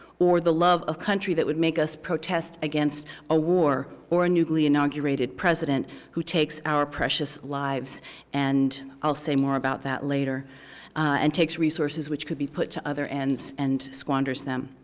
or the love of country that would make us protest against a war or a newly inaugurated president who takes our precious lives and i'll say more about that later and takes resources, which could be put to other ends and squanders them?